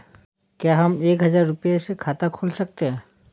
क्या हम एक हजार रुपये से खाता खोल सकते हैं?